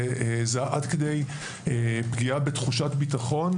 זה עד כדי פגיעה בתחושת ביטחון,